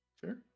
Sure